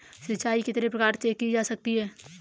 सिंचाई कितने प्रकार से की जा सकती है?